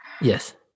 Yes